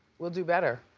we'll do better.